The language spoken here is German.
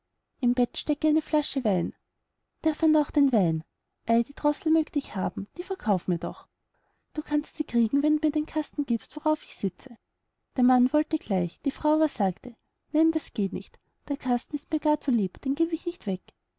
im bett stecke eine flasche wein der fand auch den wein ei die droßel mögt ich haben die verkauf mir doch du kannst sie kriegen wenn du mir den kasten giebst worauf ich sitze der mann wollte gleich die frau aber sagte nein das geht nicht der kasten ist mir gar zu lieb den geb ich nicht weg